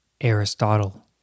Aristotle